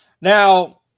Now